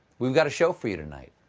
we've got a show for you tonight.